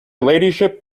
ladyship